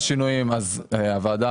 רוויזיה על הסתייגות מס' 48. מי בעד,